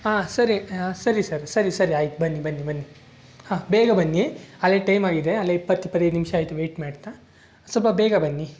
ಹಾಂ ಸರಿ ಸರಿ ಸರ್ ಸರಿ ಸರಿ ಆಯ್ತು ಬನ್ನಿ ಬನ್ನಿ ಬನ್ನಿ ಹಾಂ ಬೇಗ ಬನ್ನಿ ಆಗಲೇ ಟೈಮ್ ಆಗಿದೆ ಆಗಲೇ ಇಪ್ಪತ್ತು ಇಪ್ಪತ್ತೈದು ನಿಮಿಷ ಆಯಿತು ವೆಯ್ಟ್ ಮಾಡ್ತಾ ಸ್ವಲ್ಪ ಬೇಗ ಬನ್ನಿ